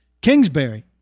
Kingsbury